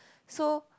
so